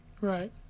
Right